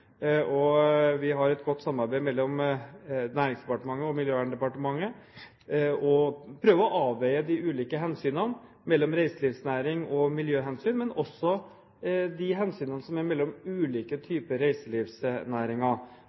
Vi har et godt samarbeid mellom Næringsdepartementet og Miljøverndepartementet. Vi prøver å avveie de ulike hensynene, hensynet til reiselivsnæringen og miljøhensyn – også de hensynene som er mellom ulike typer reiselivsnæringer.